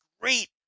great